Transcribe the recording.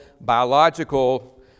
biological